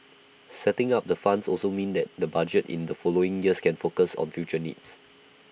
setting up the funds also means that the budgets in the following years can focus on future needs